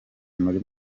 muri